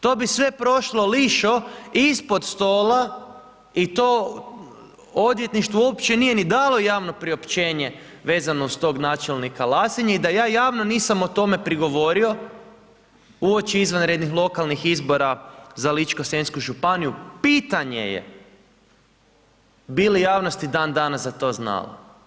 To bi sve prošlo lišo, ispod stola i to odvjetništvo uopće nije ni dalo javno priopćenje vezano uz tog načelnika Lasinje i da ja javno nisam o tome prigovorio uoči izvanrednih lokalnih izbora za Ličko-senjsku županiju, pitanje je bi li javnost i dan danas za to znala.